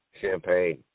champagne